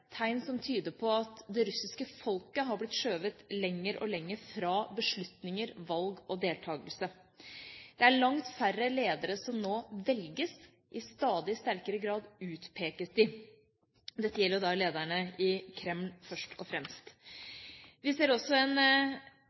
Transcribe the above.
tegn som tyder på at det russiske folket har blitt skjøvet lenger og lenger fra beslutninger, valg og deltakelse. Det er langt færre ledere som nå velges, i stadig sterkere grad utpekes de. Dette gjelder da lederne i Kreml først og fremst. Vi ser også en